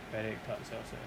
their egg tarts ah so